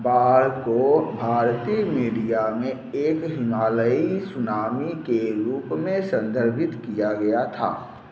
बाढ़ को भारतीय मीडिया में एक हिमालयी सुनामी के रूप में संदर्भित किया गया था